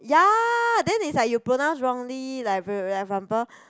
ya then is like you pronounce wrongly like like like for example